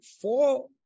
four